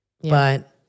But-